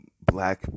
black